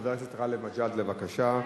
חבר הכנסת גאלב מג'אדלה, בבקשה.